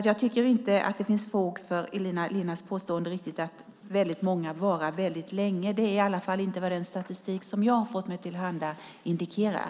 Jag tycker inte riktigt att det finns fog för Elina Linnas påstående att väldigt många avskiljningar varar väldigt länge. Det är i alla fall inte vad den statistik som har kommit mig till handa indikerar.